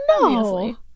No